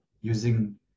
using